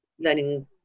learning